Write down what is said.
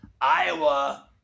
Iowa